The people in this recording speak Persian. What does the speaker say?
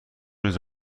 روز